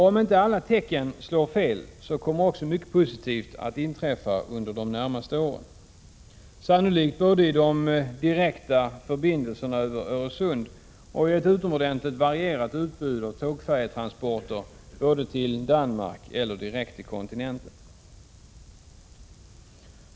Om inte alla tecken slår fel kommer också mycket positivt att inträffa under de närmaste åren, sannolikt både i de direkta förbindelserna över Öresund och i ett utomordentligt varierat utbud av tågfärjetransporter till Danmark eller direkt till kontinenten.